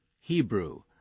Hebrew